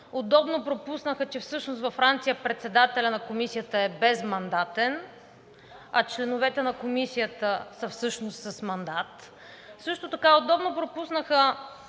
Удобно пропуснаха, че всъщност във Франция председателят на Комисията е безмандатен, а всъщност членовете на Комисията са с мандат. Също така удобно пропуснаха